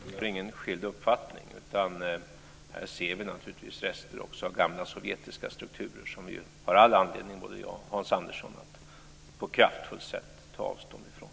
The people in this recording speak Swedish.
Fru talman! Vi har ingen skild uppfattning, utan här ser vi naturligtvis rester av gamla sovjetiska strukturer som vi ju har anledning, både Hans Andersson och jag, att på ett kraftfullt sätt ta avstånd ifrån.